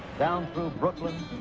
down through brooklyn,